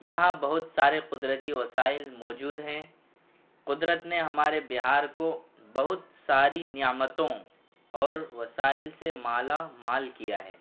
یہاں بہت سارے قدرتی وسائل موجود ہیں قدرت نے ہمارے بہار کو بہت ساری نعمتوں اور وسائل سے مالا مال کیا ہے